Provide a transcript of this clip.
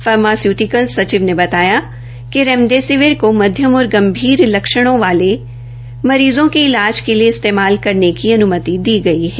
pharmaceutical सचिव ने बताया कि रेमडेसिविर को माध्यम और गंभीर लक्षणों वाले मरीजों के इलाज के लिए इस्तेमाल करने की अन्मति दी गई है